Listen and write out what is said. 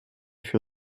fut